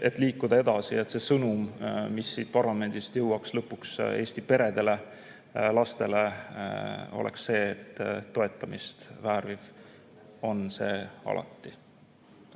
et liikuda edasi, et see sõnum, mis siit parlamendist jõuaks lõpuks Eesti peredele, lastele, oleks see, et toetamist vääriv on see alati.